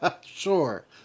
Sure